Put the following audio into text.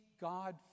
God